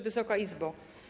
Wysoka Izbo!